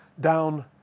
Down